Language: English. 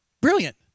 Brilliant